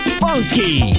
funky